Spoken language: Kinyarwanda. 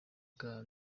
bwa